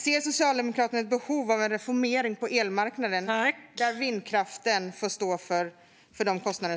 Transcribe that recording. Ser Socialdemokraterna ett behov av en reformering på elmarknaden, där vindkraften får stå för sina kostnader?